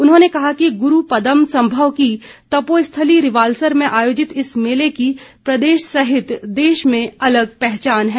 उन्होंने कहा कि गुरु पदमसंभव की तपोस्थली रिवाल्सर में आयोजित इस मेले की प्रदेश सहित देश में अलग पहचान है